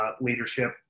leadership